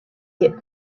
get